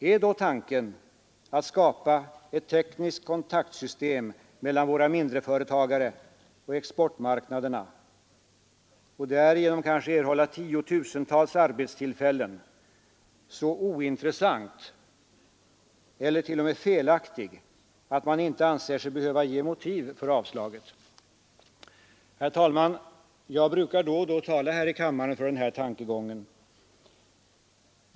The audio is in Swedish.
Är då tanken att skapa ett tekniskt kontaktsystem mellan våra mindreföretagare och exportmarknaderna — och därigenom kanske erhålla tiotusentals arbetstillfällen — så ointressant eller t.o.m. felaktig att man inte anser sig behöva ge motiv för avslaget? Herr talman! Jag brukar då och då tala i kammaren för den här tankegången.